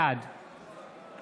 בעד